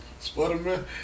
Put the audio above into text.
Spider-Man